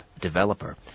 developer